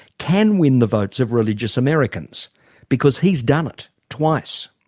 can win the votes of religious americans because he's done it twice.